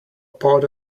pot